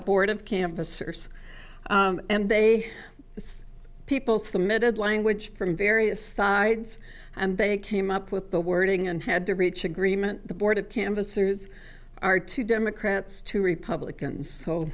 board of campus and they people submitted language from various sides and they came up with the wording and had to reach agreement the board of canvassers are two democrats two republicans so